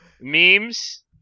Memes